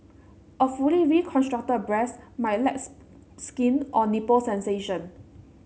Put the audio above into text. a fully reconstructed breast might lack skin or nipple sensation